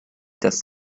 das